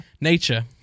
Nature